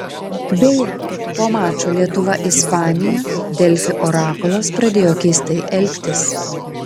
beje po mačo lietuva ispanija delfi orakulas pradėjo keistai elgtis